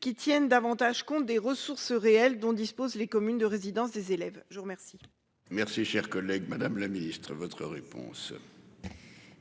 qui tienne davantage compte des ressources réelles dont disposent les communes de résidence des élèves. Je vous remercie. Merci cher collègue. Madame la ministre, votre réponse. Non.